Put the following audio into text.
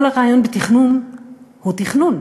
כל הרעיון בתכנון הוא תכנון: